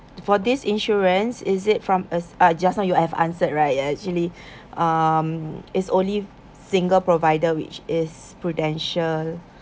for this insurance is it from us ah just now you have answered right actually um is only single provider which is prudential